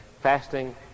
fasting